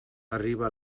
arriba